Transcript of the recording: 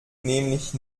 nämlich